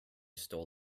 stole